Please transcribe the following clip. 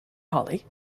hollie